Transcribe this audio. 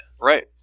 Right